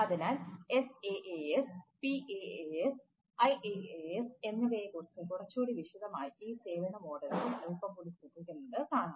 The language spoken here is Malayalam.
അതിനാൽ SaaS PaaS IaaS എന്നിവയെക്കുറിച്ച് കുറച്ചുകൂടി വിശദമായി ഈ സേവന മോഡലിലിൽ അല്പം കൂടി ശ്രദ്ധിക്കുന്നത് കാണാം